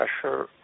pressure